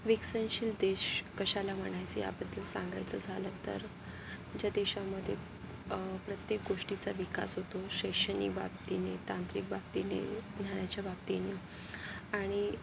विकसनशील देश कशाला म्हणायचं याबद्दल सांगायचं झालं तर ज्या देशामध्ये प्रत्येक गोष्टीचा विकास होतो शैक्षणिक बाबतीने तांत्रिक बाबतीने न्यायाच्या बाबतीने आणि